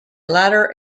latter